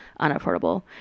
unaffordable